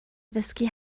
ddysgu